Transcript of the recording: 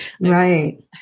Right